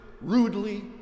rudely